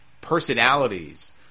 personalities